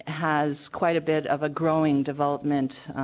has quite a bit of a growing development